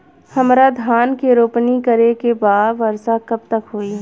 हमरा धान के रोपनी करे के बा वर्षा कब तक होई?